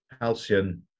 Halcyon